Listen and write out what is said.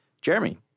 Jeremy